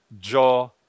jaw